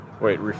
Wait